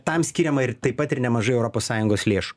tam skiriama ir taip pat ir nemažai europos sąjungos lėšų